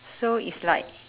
so is like